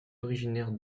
originaire